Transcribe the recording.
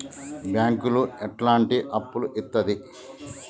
బ్యాంకులు ఎట్లాంటి అప్పులు ఇత్తది?